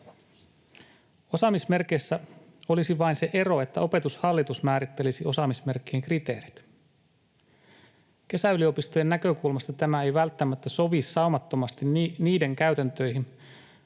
Osaamismerkeissä olisi vain se ero, että Opetushallitus määrittelisi osaamismerkkien kriteerit. Kesäyliopistojen näkökulmasta tämä ei välttämättä sovi saumattomasti niiden käytäntöihin,